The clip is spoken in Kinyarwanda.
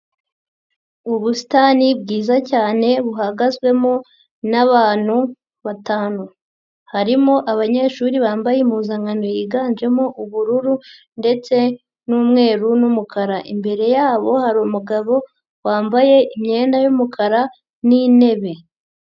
Mu busitani bwiza cyane buhagazwemo n'abantu batanu, harimo abanyeshuri bambaye impuzankano yiganjemo ubururu ndetse n'umweru n'umukara, imbere yabo hari umugabo wambaye imyenda y'umukara n'intebe,